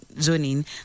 zoning